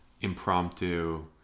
impromptu